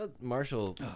Marshall